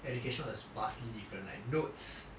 education was vastly different like notes